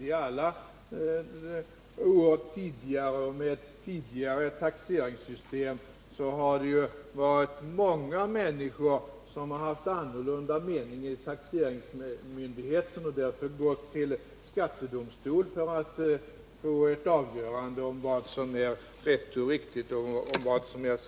Under alla tidigare år och med alla tidigare taxeringssystem har många människor haft en annan mening än taxeringsmyndigheterna och därför gått till skattedomstol för att få ett avgörande om vad som är rätt och riktigt.